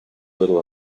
little